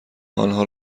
آنها